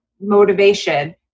motivation